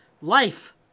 life